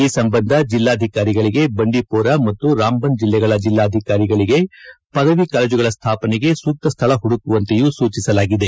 ಈ ಸಂಬಂಧ ಜಿಲ್ಲಾಧಿಕಾರಿಗಳಿಗೆ ಬಂಡಿಪೋರಾ ಮತ್ತು ರಾಮ್ ಬನ್ ಜಿಲ್ಲೆಗಳ ಜಿಲ್ಲಾಧಿಕಾರಿಗಳಿಗೆ ಪದವಿ ಕಾಲೇಜುಗಳ ಸ್ಥಾಪನೆಗೆ ಸೂಕ್ತ ಸ್ಥಳ ಹುಡುಕುವಂತೆಯೂ ಸೂಚಿಸಲಾಗಿದೆ